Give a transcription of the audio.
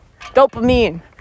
Dopamine